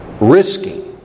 Risky